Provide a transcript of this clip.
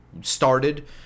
started